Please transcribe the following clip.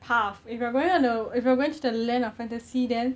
path if you are going on a if you are going to the land of fantasy then